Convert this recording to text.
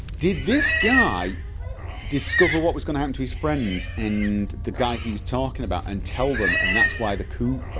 did this guy discover what was going to happen um to his friends and the guys he was talking about and tell them, and that's why the coup ah